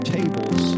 tables